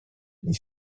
les